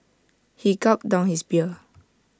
he gulped down his beer